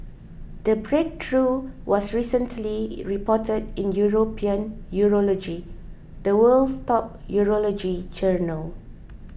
the breakthrough was recently reported in European Urology the world's top urology journal